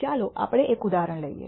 ચાલો આપણે એક ઉદાહરણ લઈએ